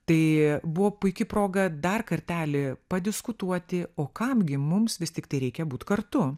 tai buvo puiki proga dar kartelį padiskutuoti o kam gi mums vis tiktai reikia būt kartu